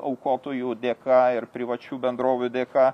aukotojų dėka ir privačių bendrovių dėka